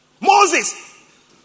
Moses